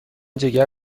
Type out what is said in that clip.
جگر